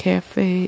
Cafe